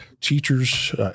teachers –